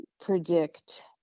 predict